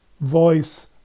voice